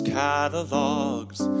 catalogs